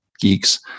geeks